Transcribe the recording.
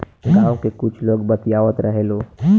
गाँव के कुछ लोग बतियावत रहेलो